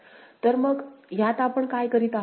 तर मग यात आपण काय करीत आहोत